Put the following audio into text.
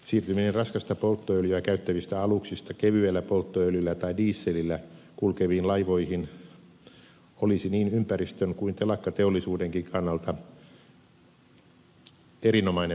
siirtyminen raskasta polttoöljyä käyttävistä aluksista kevyellä polttoöljyllä tai dieselillä kulkeviin laivoihin olisi niin ympäristön kuin telakkateollisuudenkin kannalta erinomainen muutos